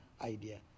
idea